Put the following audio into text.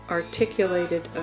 articulated